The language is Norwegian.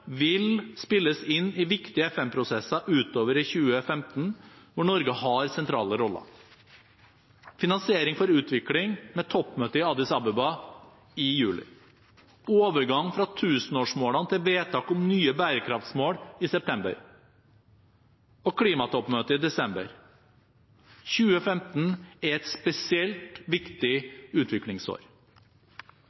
vil spilles inn i viktige FN-prosesser utover i 2015, der Norge har sentrale roller: finansiering for utvikling med toppmøte i Addis Abeba i juli, overgang fra tusenårsmålene til vedtak om nye bærekraftmål i september og klimatoppmøtet i desember. 2015 er et spesielt viktig utviklingsår.